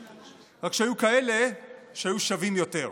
רק שהיו כאלה שהיו שווים יותר.